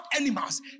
animals